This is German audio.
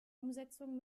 umsetzung